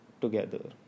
together